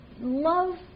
love